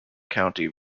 county